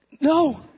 no